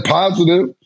positive